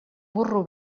burro